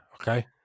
okay